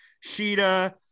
Sheeta